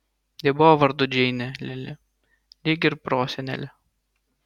ji buvo vardu džeinė lili lyg ir prosenelė